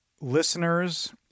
listeners